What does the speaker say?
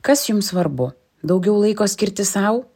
kas jums svarbu daugiau laiko skirti sau